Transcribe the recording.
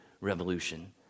revolution